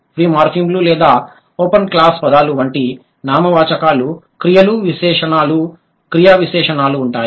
free మార్ఫిమ్లు లేదా open class పదాలు వంటి నామవాచకాలు క్రియలు విశేషణాలు క్రియా విశేషణాలు ఉంటాయి